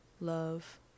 love